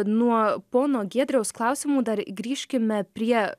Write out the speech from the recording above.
nuo pono giedriaus klausimų dar grįžkime prie